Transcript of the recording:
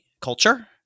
culture